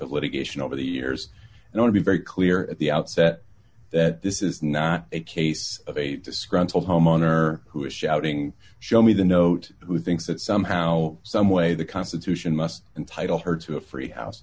of litigation over the years and i would be very clear at the outset that this is not a case of a disgruntled homeowner who is shouting show me the note who thinks that somehow some way the constitution must entitle her to a free house